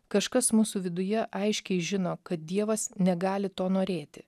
kažkas mūsų viduje aiškiai žino kad dievas negali to norėti